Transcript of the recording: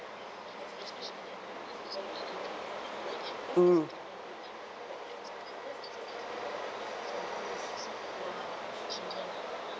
mm